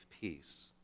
peace